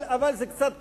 אבל זה קצת קשה.